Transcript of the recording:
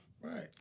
Right